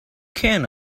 can